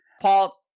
Paul